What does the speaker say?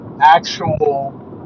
actual